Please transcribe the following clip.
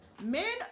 men